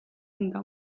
enda